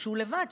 הוא לבד,